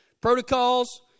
protocols